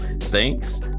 Thanks